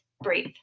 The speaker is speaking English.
breathe